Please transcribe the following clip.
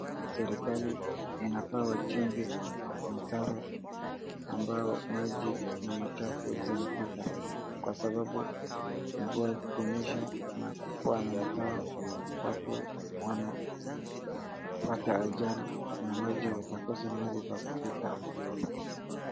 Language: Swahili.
Serikali inafaa wachimbe mtaro ambao maji na machafu zinapita. Kwa sababu mvua ikinyesha na hakukuwa na mtaro watu wanapata ajali na maji watakosa mahali ya kupita.